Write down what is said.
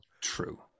true